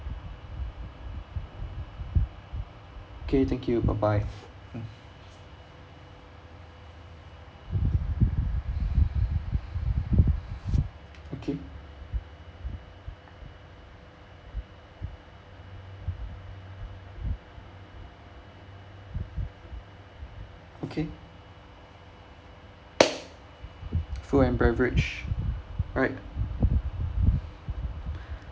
K thank you bye bye mm okay okay food and beverage alright